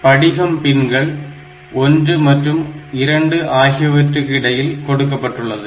படிகம் பின்கள் 1 மற்றும் 2 ஆகியவற்றுக்கு இடையில் கொடுக்கப்பட்டுள்ளது